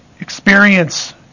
experience